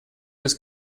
was